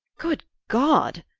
good god!